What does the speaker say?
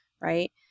right